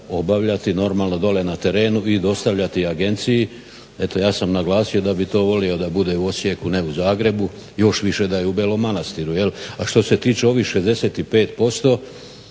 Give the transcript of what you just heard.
obavljati normalno dole na terenu i dostavljati agenciji. Eto ja sam naglasio da bi to volio da bude u Osijeku ne u Zagrebu, još više da je u Belom Manastiru jel'. A što se tiče ovih 65%